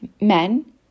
Men